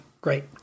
Great